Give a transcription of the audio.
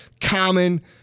common